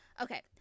okay